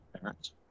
parents